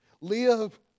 live